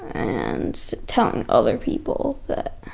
and telling other people that,